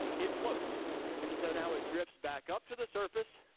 it floats and so now it drifts back up to the surface,